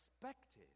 expected